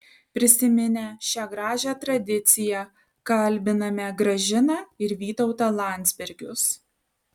prisiminę šią gražią tradiciją kalbiname gražiną ir vytautą landsbergius